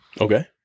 Okay